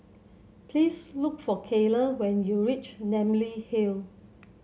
please look for Cayla when you reach Namly Hill